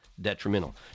detrimental